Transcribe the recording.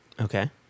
okay